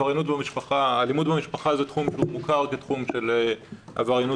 אלימות במשפחה זה תחום מוכר כתחום של עבריינות